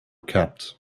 kept